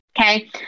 Okay